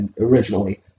originally